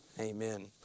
Amen